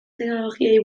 teknologiei